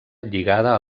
lligada